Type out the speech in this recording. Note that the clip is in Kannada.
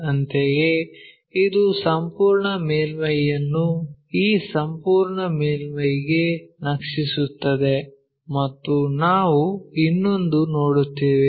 ಅಂತೆಯೇ ಇದು ಸಂಪೂರ್ಣ ಮೇಲ್ಮೈಯನ್ನು ಈ ಸಂಪೂರ್ಣ ಮೇಲ್ಮೈಗೆ ನಕ್ಷಿಸುತ್ತದೆ ಮತ್ತು ನಾವು ಇನ್ನೊಂದನ್ನು ನೋಡುತ್ತೇವೆ